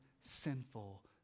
sinful